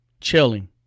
Chilling